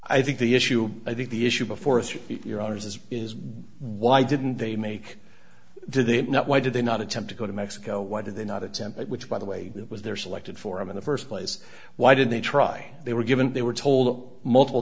i think the issue i think the issue before us or your honour's is is why didn't they make do they not why did they not attempt to go to mexico why did they not attempt it which by the way that was their selected forum in the first place why did they try they were given they were told all multiple